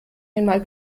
einmal